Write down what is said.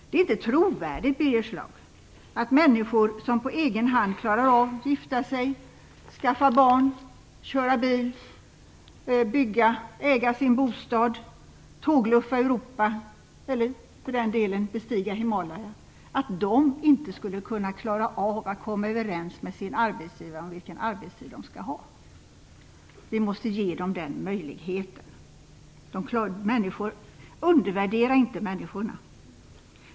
Det är inte trovärdigt, Birger Schlaug, att människor som på egen hand klarar av att gifta sig, skaffa barn, köra bil, bygga och äga sin bostad, tågluffa i Europa eller för den delen bestiga Himalaya inte skulle kunna klara av att komma överens med sina arbetsgivare om vilken arbetstid de skall ha. Vi måste ge dem den möjligheten. Undervärdera inte människorna!